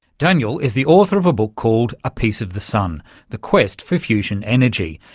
daniel is the author of a book called a piece of the sun the quest for fusion energy.